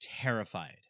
terrified